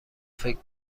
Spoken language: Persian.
فکر